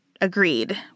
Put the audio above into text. agreed